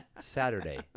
saturday